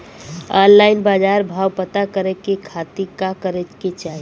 Online बाजार भाव पता करे के खाती का करे के चाही?